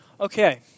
Okay